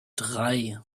drei